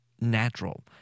natural